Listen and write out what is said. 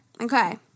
Okay